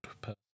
person